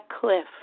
cliff